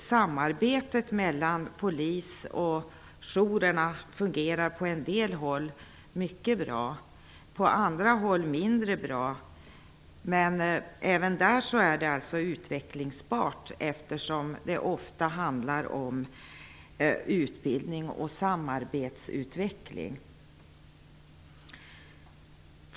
Samarbetet mellan polis och jourer fungerar på en del håll mycket bra. På andra håll fungerar det mindre bra, men även där är det utvecklingsbart, eftersom det ofta handlar om utbildning och samarbetsutveckling.